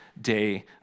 day